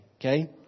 okay